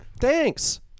Thanks